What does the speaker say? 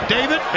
David